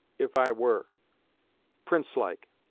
if i were princelike.